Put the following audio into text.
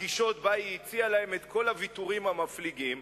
הפגישות שבהן הציעה להם את כל הוויתורים המפליגים,